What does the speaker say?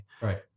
Right